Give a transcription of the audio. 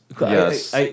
yes